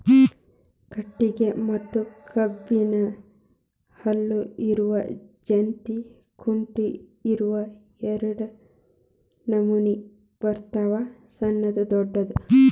ಕಟಗಿ ಮತ್ತ ಕಬ್ಬನ್ದ್ ಹಲ್ಲ ಇರು ಜಂತ್ ಕುಂಟಿ ಇವ ಎರಡ ನಮೋನಿ ಬರ್ತಾವ ಸಣ್ಣು ದೊಡ್ಡು